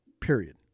period